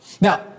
Now